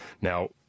Now